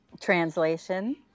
Translation